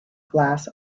glass